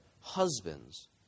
husbands